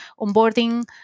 onboarding